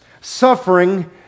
suffering